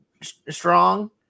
strong